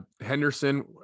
Henderson